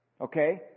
Okay